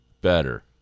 better